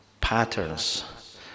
patterns